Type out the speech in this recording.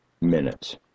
minutes